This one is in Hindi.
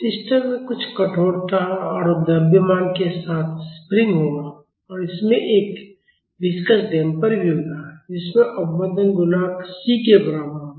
सिस्टम में कुछ कठोरता और द्रव्यमान के साथ स्प्रिंग होगा और इसमें एक विस्कस डैपर भी होगा जिसमें अवमंदन गुणांक c के बराबर होगा